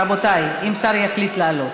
לפני שהשר העולה, רבותיי, אם השר יחליט לעלות,